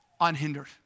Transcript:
Unhindered